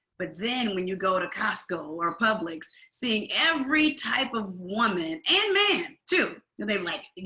but then when you go to costco or publix, seeing every type of woman and man too they're like,